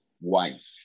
wife